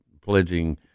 pledging